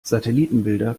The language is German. satellitenbilder